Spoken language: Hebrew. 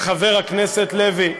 חבר הכנסת לוי,